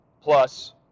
Plus